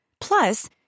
Plus